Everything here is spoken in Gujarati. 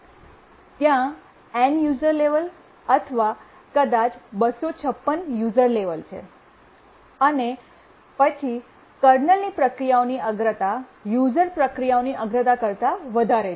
ત્યાં n યૂઝર લેવલ અથવા કદાચ 256 યૂઝર લેવલ છે અને પછી કર્નલ પ્રક્રિયાઓની અગ્રતા યૂઝર પ્રક્રિયાઓની અગ્રતા કરતા વધારે છે